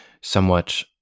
somewhat